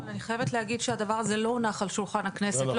אבל אני חייבת להגיד שהדבר הזה לא הונח על שולחן הכנסת,